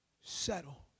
Settle